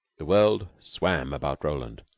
the world swam about roland.